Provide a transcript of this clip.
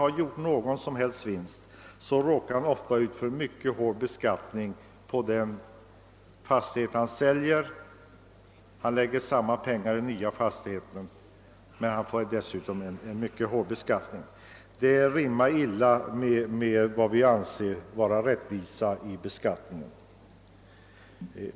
Han gör då ingen som helst vinst men råkar ändå ut för en hård beskattning när han säljer sin gamla fastighet, trots att det är samma pengar han lägger ned i den nya fastigheten. Detta rimmar ju illa med rättvisa i beskattningen.